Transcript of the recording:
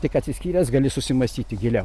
tik atsiskyręs gali susimąstyti giliau